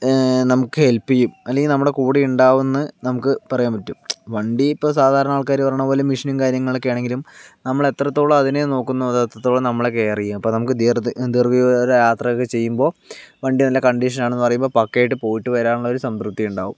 നമക്ക് ഹെല്പ് ചെയ്യും അല്ലെങ്കിൽ നമ്മുടെ കൂടെ ഉണ്ടാവും എന്ന് നമ്മുക്ക് പറയാൻ പറ്റും വണ്ടി ഇപ്പം സാധാരണ ആൾക്കാര് പറയുന്ന പോലെ മെഷിനും കാര്യങ്ങളക്കെ ആണങ്കിലും നമ്മൾ എത്രത്തോളം അതിനെ നോക്കുന്നൊ അത് അത്രത്തോളം നമ്മളെ കെയർ ചെയ്യും അപ്പൊ നമക്ക് ദീർത്ത് ദീർഘ ദൂര യാത്ര ഒക്കെ ചെയ്യുമ്പൊ വണ്ടി നല്ല കണ്ടീഷൻ ആണെന്ന് പറയുമ്പൊ പക്ക ആയിട്ട് പോയിട്ട് വരാനുള്ള ഒരു സംതൃപ്തി ഉണ്ടാവും